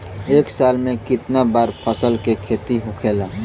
एक साल में कितना बार फसल के खेती होखेला?